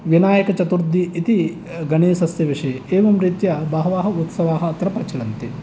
विनायकचतुर्थी इति गणेशस्य विषये एवं रीत्या बहवः उत्सवाः अत्र प्रचलन्ति